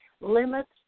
limits